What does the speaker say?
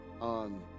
on